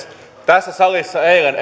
tässä salissa eilen